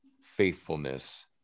faithfulness